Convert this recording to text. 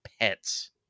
pets